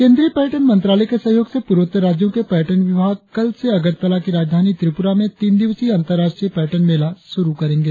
केंद्रीय पर्यटन मंत्रालय के सहयोग से पूर्वोत्तर राज्यों के पर्यटन विभाग कल से अगरतला की राजधानी त्रिपुरा में तीन दिवसीय अंतर्राष्ट्रीय पर्यटन मेला शुरु हो रहा है